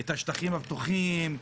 את השטחים הפתוחים,